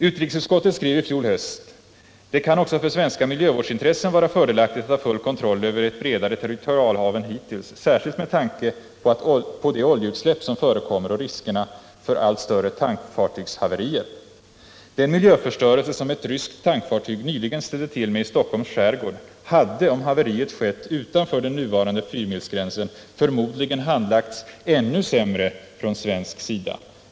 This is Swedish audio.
Utrikesutskottet skrev i fjol höst: ”Det kan också för svenska miljövårdsintressen vara fördelaktigt att ha full kontroll över ett bredare territorialhav än hittills, särskilt med tanke på de oljeutsläpp som förekommer och riskerna för allt större tankfartygshaverier.” Den miljöförstörelse som ett ryskt tankfartyg nyligen ställde till med i Stockholms skärgård hade, om haveriet skett utanför den nuvarande fyramilsgränsen, förmodligen handlagts ännu sämre från svensk sida.